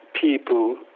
people